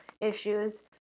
issues